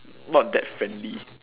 not that friendly